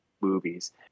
movies